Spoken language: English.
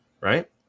right